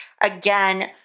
Again